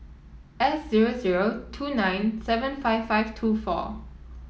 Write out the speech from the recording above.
six zero zero two nine seven five five two four